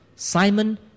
Simon